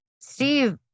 Steve